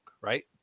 right